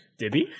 Dibby